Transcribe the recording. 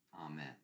Amen